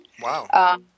Wow